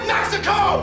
Mexico